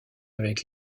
avec